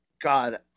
God